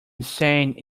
insane